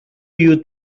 you